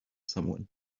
someone